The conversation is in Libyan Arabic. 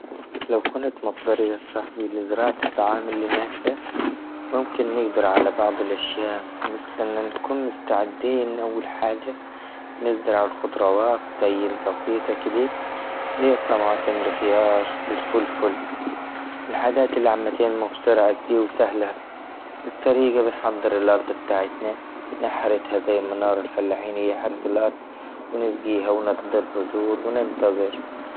(لا يوجد جواب)